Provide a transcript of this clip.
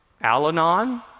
Al-Anon